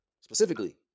Specifically